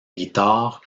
guitare